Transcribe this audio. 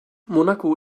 monaco